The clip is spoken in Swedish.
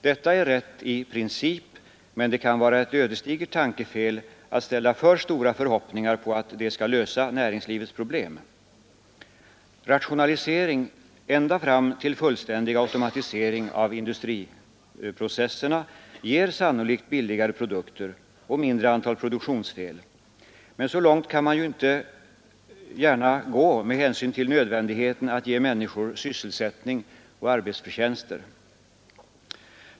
Detta är rätt i princip, men det kan vara ett ödesdigert tankefel att ställa för stora förhoppningar på att det skall lösa näringslivets problem, Rationalisering, ända fram till fullständig automatisering av industriprocesserna, ger sannolikt billigare produkter och mindre antal produktionsfel, men så långt kan man ju inte gärna gå med hänsyn till nödvändigheten av att ge människor sysselsättning och arbetsförtjänster.